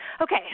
Okay